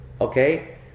Okay